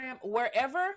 wherever